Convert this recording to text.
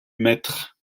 mètres